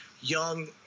Young